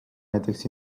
näiteks